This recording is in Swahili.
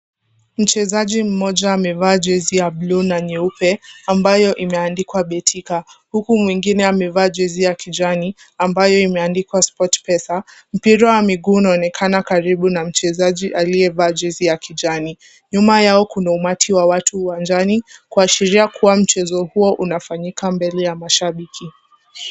Mchezaji mmoja amevalia jezi ya buluu na nyeupe, ambayo imeandikwa Betika, huku mwingine amevaa jezi ya kijani, ambayo imeandikwa SportPesa. Mpira wa mguu unaonekana karibu na mchezaji aliyevaa jezi ya kijani. Nyuma yao kuna umati wa watu uwanjani, kuashiria kuwa mchezo huo unafanyika mbele ya mashabiki.